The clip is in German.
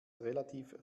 relativ